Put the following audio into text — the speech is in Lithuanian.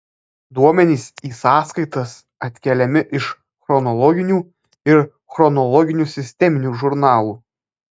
duomenys į sąskaitas atkeliami iš chronologinių ir chronologinių sisteminių žurnalų